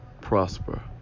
prosper